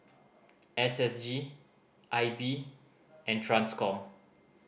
S S G I B and Transcom